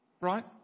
right